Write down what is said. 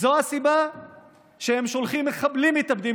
זו הסיבה שהם שולחים מחבלים מתאבדים